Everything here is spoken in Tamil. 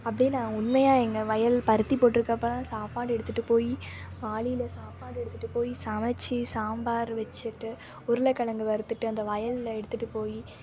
அப்படினு நான் உண்மையாக எங்கள் வயல் பருத்தி போட்டிருக்கப்பெல்லாம் சாப்பாடு எடுத்துகிட்டு போய் வாளியில் சாப்பாடு எடுத்துகிட்டு போய் சமைச்சு சாம்பார் வச்சுட்டு உருளைகெழங்கு வறுத்துட்டு அந்த வயலில் எடுத்துகிட்டு போய்